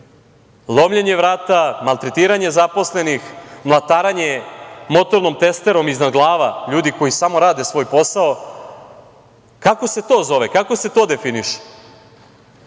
lomljenje vrata, maltretiranje zaposlenih, mlataranje motornom testerom iznad glava ljudi koji samo rade svoj posao? Kako se to zove? Kako se to definiše?